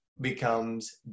becomes